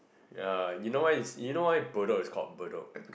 ya you know why it's you know why Bedok is called Bedok